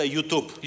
YouTube